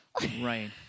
Right